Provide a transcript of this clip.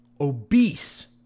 obese